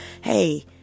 Hey